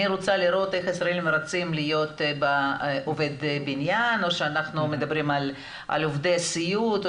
אני רוצה לראות איך ישראלים רצים להיות עובד בניין או עובד סיעוד,